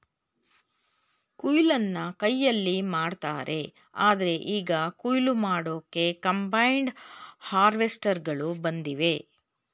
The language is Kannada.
ಕೊಯ್ಲನ್ನ ಕೈಯಲ್ಲಿ ಮಾಡ್ತಾರೆ ಆದ್ರೆ ಈಗ ಕುಯ್ಲು ಮಾಡೋಕೆ ಕಂಬೈನ್ಡ್ ಹಾರ್ವೆಸ್ಟರ್ಗಳು ಬಂದಿವೆ